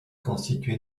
constitué